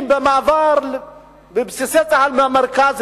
אם תושבי הדרום לא יכולים ליהנות ממעבר בסיסי צה"ל מהמרכז לדרום,